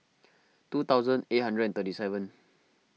two thousand eight hundred thirty seven